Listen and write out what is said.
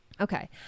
Okay